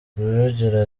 rujugiro